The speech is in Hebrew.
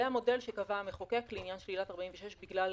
זה המודל שקבע המחוקק לעניין שלילת 46 בגלל